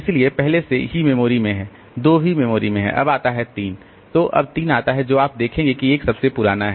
इसलिए पहले से ही मेमोरी में है 2 भी मेमोरी में है अब आता है 3 तो जब 3 आता है तो आप देखते हैं कि 1 सबसे पुराना है